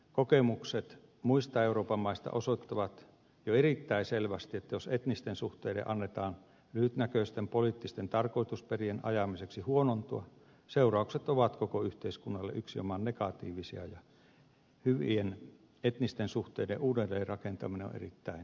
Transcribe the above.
kokemukset muista euroopan maista osoittavat jo erittäin selvästi että jos etnisten suh teiden annetaan lyhytnäköisten poliittisten tarkoitusperien ajamiseksi huonontua seuraukset ovat koko yhteiskunnalle yksinomaan negatiivisia ja hyvien etnisten suhteiden uudelleen rakentaminen on erittäin vaikeaa